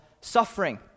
suffering